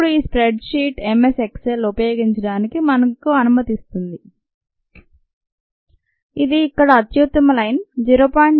ఇప్పుడు ఈ spreadsheet m s Excel ఉపయోగించడానికి మనకు అనుమతిస్తుంది లేదా ఈ పాయింట్లకు సరిపోయే అత్యుత్తమ లైన్ ఫిట్ ను గీయడానికి మనకు అనుమతిస్తుంది